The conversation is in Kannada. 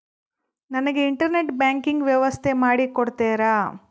ನನಗೆ ಇಂಟರ್ನೆಟ್ ಬ್ಯಾಂಕಿಂಗ್ ವ್ಯವಸ್ಥೆ ಮಾಡಿ ಕೊಡ್ತೇರಾ?